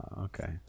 Okay